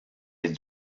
les